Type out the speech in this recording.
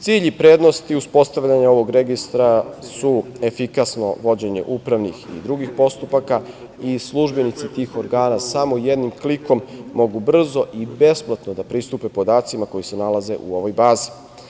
Cilj i prednosti uspostavljanja ovog registra su efikasno vođenje upravnih i drugih postupaka i službenici tih organa samo jednim klikom mogu brzo i besplatno da pristupe podacima koji se nalaze u ovoj bazi.